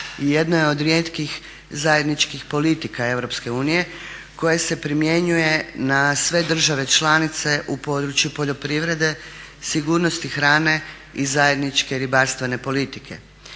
jedno je od rijetkih zajedničkih politika Europske unije koje se primjenjuje na sve države članice u području poljoprivrede, sigurnosti hrane i zajedničke ribarstvene politike.